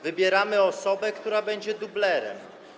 Wybieramy osobę, która będzie dublerem.